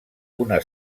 una